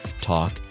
talk